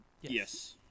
Yes